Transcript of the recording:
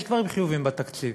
יש דברים חיוביים בתקציב.